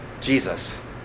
Jesus